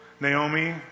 Naomi